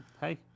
hey